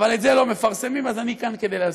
אבל את זה לא מפרסמים, אז אני כאן כדי להזכיר.